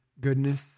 goodness